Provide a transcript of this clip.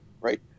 right